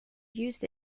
used